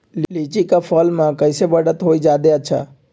लिचि क फल म कईसे बढ़त होई जादे अच्छा?